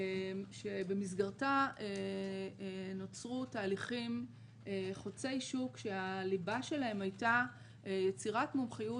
שבמסגרתה נוצרו תהליכים חוצי שוק שהליבה שלהם הייתה יצירת מומחיות